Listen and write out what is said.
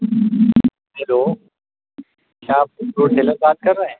hello کیا آپ fruit seller بات کر رہے ہیں